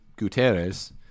Guterres